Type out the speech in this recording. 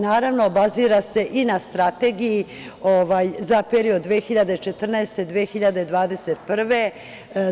Naravno, bazira se i na strategiji za period 2014. do 2021. godine.